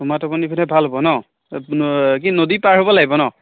উমা টুমনীৰফালে ভাল হ'ব ন কি নদী পাৰ হ'ব লাগিব ন